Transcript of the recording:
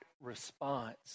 response